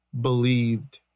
believed